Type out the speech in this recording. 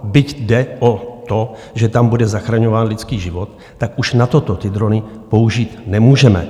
Byť jde o to, že tam bude zachraňován lidský život, tak už na toto ty drony použít nemůžeme.